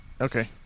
Okay